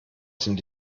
sind